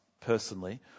personally